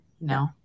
No